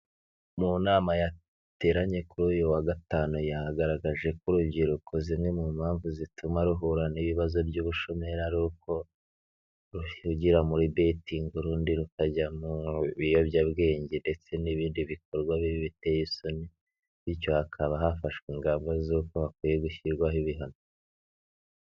Mu nama yateranye kuri uyu wa gatanu yagaragaje ko, urubyiruko zimwe mu mpamvu zituma ruhura n'ibibazo by'ubushomeri ari uko ruhugira muri betingi, urundi rukajya mu biyobyabwenge ndetse n'ibindi bikorwa bibi biteye isoni, bityo hakaba hafashwe ingamba z'uko hakwiye gushyirwaho ibihano.